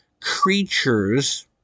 creatures